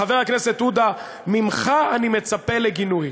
חבר הכנסת עודה, ממך אני מצפה לגינוי.